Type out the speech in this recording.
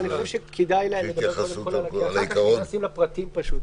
אני חושב שכדאי לדבר קודם כול על זה,